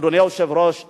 אדוני היושב-ראש,